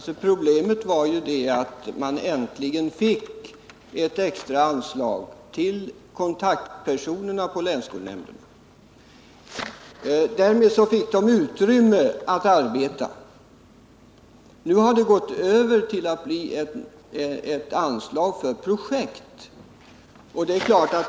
Herr talman! Problemet är att det extra anslag till kontaktpersonerna på länsskolnämnderna som man äntligen fått till stånd och som gav dem utrymme att arbeta nu har övergått till att bli ett anslag för projekt.